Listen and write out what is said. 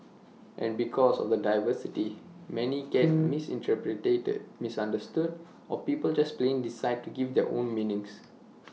and because of the diversity many get misinterpreted misunderstood or people just plain decide to give IT their own meanings